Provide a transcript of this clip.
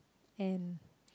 and